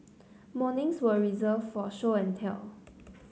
mornings were reserved for show and tell